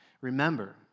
Remember